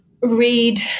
read